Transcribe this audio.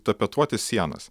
tapetuoti sienas